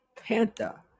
Panther